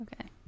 Okay